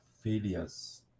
failures